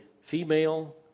female